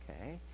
Okay